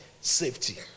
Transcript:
safety